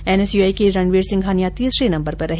NSUI के रणवीर सिंघानिया तीसरे नम्बर पर रहे